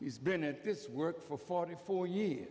he's been at this work for forty four years